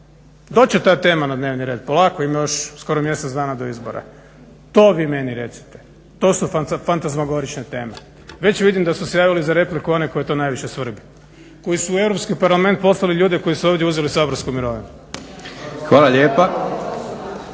će ta tema na dnevni red, polako, ima još skoro mjesec dana do izbora. To vi meni recite. To su fantazmogorične teme. Već vidim da su se javili za repliku oni koje to najviše svrbi, koji su u Europski parlament poslali ljude koji su ovdje uzeli saborsku mirovinu. **Leko,